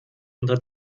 unter